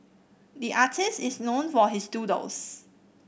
the artist is known for his doodles